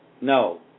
no